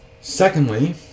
Secondly